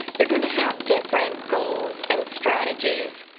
they are going to have different goals and strategies.